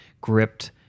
gripped